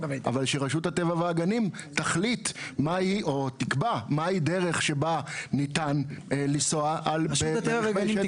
אבל שרשות הטבע והגנים תקבע מהי דרך שבה ניתן לנסוע ברכבי שטח.